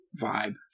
vibe